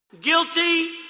Guilty